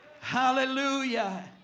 Hallelujah